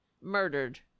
murdered